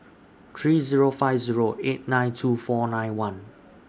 three Zero five Zero eight nine two four nine one